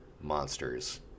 monsters